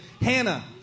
Hannah